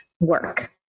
work